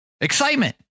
excitement